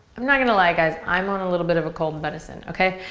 i'm not gonna lie guys, i'm on a little bit of a cold medicine. okay?